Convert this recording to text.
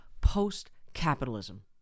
post-capitalism